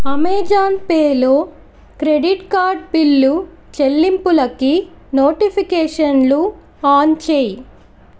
Amazon పేలో credit card bill చెల్లింపులకి నోటిఫికేషన్లు ఆన్ చెయ్యి